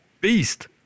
beast